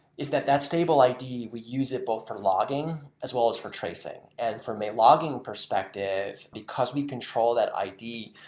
is that, that stable i d, we use it both for logging as well as for tracing. and from a logging perspective, because we control that i d,